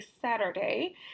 Saturday